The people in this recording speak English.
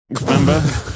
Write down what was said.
Remember